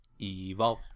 evolve